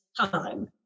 time